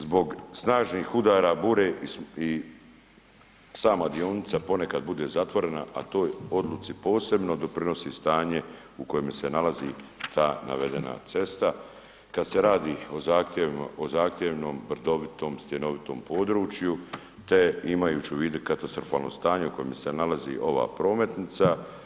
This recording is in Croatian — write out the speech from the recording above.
Zbog snažnih udara bure i sama dionica ponekad bude zatvorena a toj odluci posebno doprinosi stanje u kojemu se nalazi ta navedena cesta, kada se radi o zahtjevnom, brdovitom, stjenovitom području te imajući u vidu katastrofalno stanje u kojem se nalazi ova prometnica.